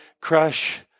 crush